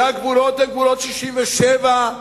והגבולות הם גבולות 67',